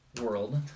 world